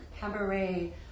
cabaret